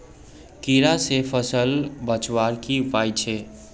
कीड़ा से फसल बचवार की उपाय छे?